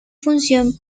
función